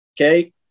okay